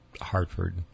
Hartford